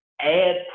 add